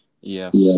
Yes